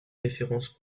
références